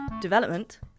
development